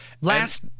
Last